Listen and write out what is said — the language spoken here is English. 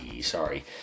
sorry